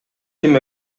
ким